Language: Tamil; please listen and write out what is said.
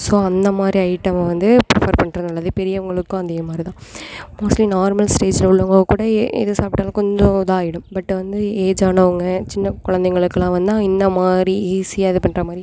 ஸோ அந்தமாதிரி ஐட்டமை வந்து ப்ரிஃபர் பண்ணுறது நல்லது பெரியவங்களுக்கும் அதேமாதிரிதான் மோஸ்ட்லி நார்மல் ஸ்டேஜ்ல உள்ளவங்கக்கூட எது சாப்பிட்டாலும் கொஞ்சம் இதாகிடும் பட் வந்து ஏஜ் ஆனவங்க சின்ன குலந்தைங்களுக்குலாம் வந்து இந்தமாதிரி ஈஸியாக இது பண்ணுறமாரி